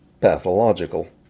pathological